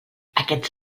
aquests